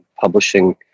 publishing